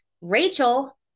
Rachel